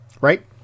right